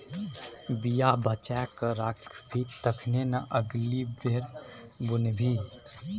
बीया बचा कए राखबिही तखने न अगिला बेर बुनबिही